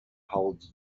holds